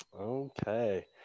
okay